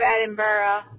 Edinburgh